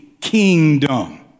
kingdom